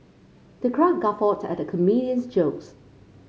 the crowd guffawed at the comedian's jokes